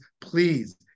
please